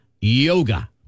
yoga